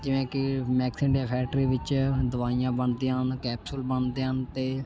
ਜਿਵੇਂ ਕਿ Max India factory ਵਿੱਚ ਦਵਾਈਆਂ ਬਣਦੀਆਂ ਹਨ ਕੈਪਸੂਲ ਬਣਦੇ ਹਨ ਅਤੇ